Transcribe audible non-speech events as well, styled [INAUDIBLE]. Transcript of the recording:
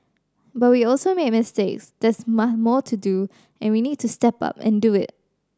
but we also made mistakes there's [UNINTELLIGIBLE] more to do and we need to step up and do it